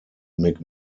mick